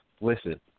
listen